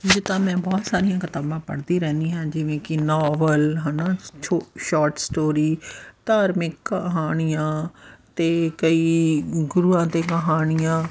ਜਿੱਦਾਂ ਮੈਂ ਬਹੁਤ ਸਾਰੀਆਂ ਕਿਤਾਬਾਂ ਪੜ੍ਹਦੀ ਰਹਿੰਦੀ ਹਾਂ ਜਿਵੇਂ ਕਿ ਨੋਵਲ ਹੈ ਨਾ ਛੋ ਸ਼ੋਟ ਸਟੋਰੀ ਧਾਰਮਿਕ ਕਹਾਣੀਆਂ ਅਤੇ ਕਈ ਗੁਰੂਆਂ 'ਤੇ ਕਹਾਣੀਆਂ